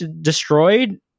destroyed